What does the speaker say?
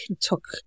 took